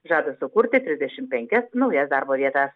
žada sukurti trisdešimt penkias naujas darbo vietas